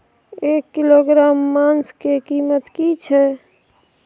एक किलोग्राम मांस के कीमत की छै?